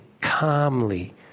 calmly